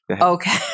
Okay